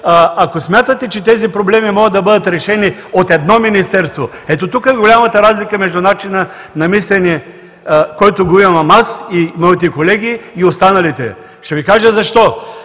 Ако смятате, че тези проблеми могат да бъдат решени от едно министерство… Ето тук е голямата разлика между начина на мислене, който имам аз и моите колеги, и останалите. Ще Ви кажа защо.